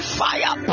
fire